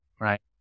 Right